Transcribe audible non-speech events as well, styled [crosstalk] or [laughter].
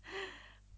[breath]